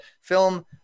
film